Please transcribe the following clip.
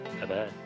Bye-bye